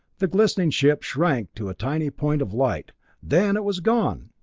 the glistening ship shrank to a tiny point of light then it was gone!